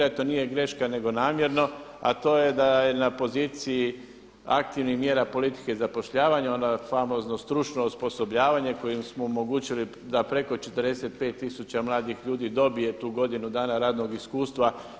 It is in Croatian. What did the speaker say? Nije to bila greška nego namjerno, a to je da na poziciji aktivnih mjera politike zapošljavanja, ono famozno stručno osposobljavanje kojim smo omogućili da preko 45 tisuća mladih ljudi dobije tu godinu dana radnog iskustva.